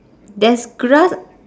there's grass